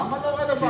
למה לא רלוונטי?